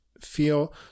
feel